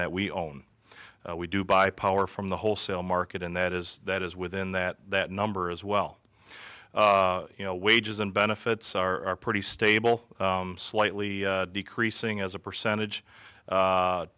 that we own we do buy power from the wholesale market and that is that is within that that number as well you know wages and benefits are pretty stable slightly decreasing as a percentage